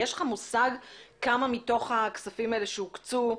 יש לך מושג כמה מתוך הכספים האלה שהוקצו,